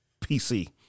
PC